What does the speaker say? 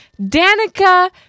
Danica